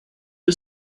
you